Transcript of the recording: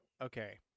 Okay